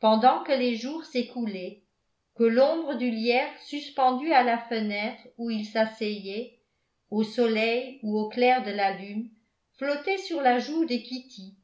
pendant que les jours s'écoulaient que l'ombre du lierre suspendu à la fenêtre où ils sasseyaient au soleil ou au clair de la lune flottait sur la joue de kitty